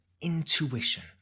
intuition